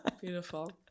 Beautiful